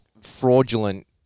fraudulent